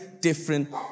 different